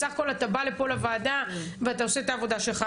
בסך הכל אתה בא לפה לוועדה ועושה את העבודה שלך.